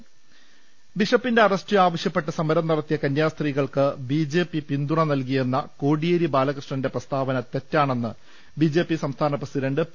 ൾ ൽ ൾ ബിഷപ്പിന്റെ അറസ്റ്റ് ആവശ്യപ്പെട്ട് സമരം നടത്തിയ കന്യാസ്ത്രീക ൾക്ക് ബി ജെ പി പിന്തുണ നൽകിയെന്ന കോടിയേരി ബാലകൃഷ്ണന്റെ പ്രസ്താവന തെറ്റാണെന്ന് ബി ജെ പി സംസ്ഥാന പ്രസിഡണ്ട് പി